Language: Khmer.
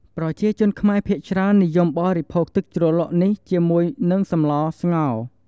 ប្រជាជនខ្មែរភាគច្រើននិយមបរិភោគទឹកជ្រលក់មួយនេះ ជាមួយនឹងសម្លស្ងោរ។